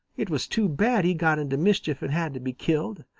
it was too bad he got into mischief and had to be killed.